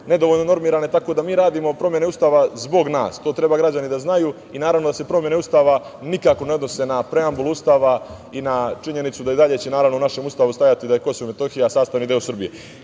nedovoljno normirane, tako da mi radimo promene Ustava zbog nas. To treba građani da znaju i, naravno, da se promene Ustava nikako ne odnose na preambulu Ustava i na činjenicu da će i dalje u našem Ustavu stajati da je Kosovo i Metohija sastavni deo Srbije. Kažem,